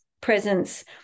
presence